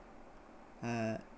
uh